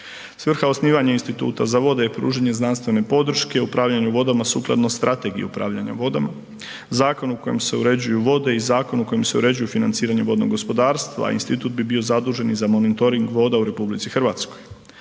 Svrha osnivanja Instituta za vode je pružanje znanstvene podrške u upravljanu vodama sukladno strategiji upravljanja vodama, zakon u kojem se uređuju vode i zakon u kojem se uređuju financiranje vodnog gospodarstva i institut bi bio zadužen i za monitoring voda u RH. Sredstva